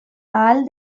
ahal